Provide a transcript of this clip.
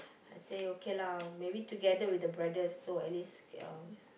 okay okay lah maybe together with the brothers so at least ya